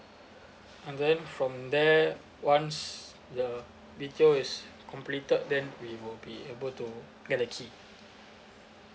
and then from there once the B_T_O is completed then we will be able to get the key